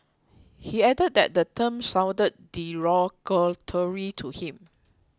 he added that the term sounded derogatory to him